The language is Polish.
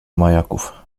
majaków